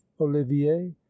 olivier